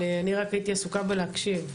אבל אני רק הייתי עסוקה בלהקשיב.